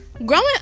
Growing